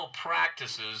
Practices